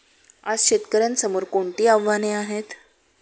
आज शेतकऱ्यांसमोर कोणती आव्हाने आहेत?